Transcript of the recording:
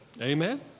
Amen